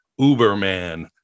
uberman